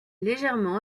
légèrement